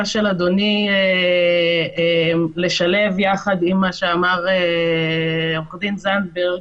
של אדוני לשלב יחד עם מה שאמר עו"ד זנדברג,